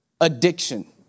addiction